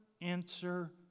answer